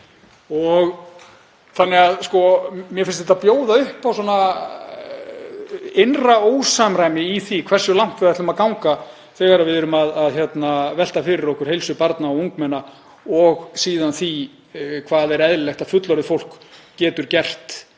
er ekki svo viss. Mér finnst þetta bjóða upp á innra ósamræmi í því hversu langt við ætlum að ganga þegar við veltum fyrir okkur heilsu barna og ungmenna og síðan því hvað er eðlilegt að fullorðið fólk geti gert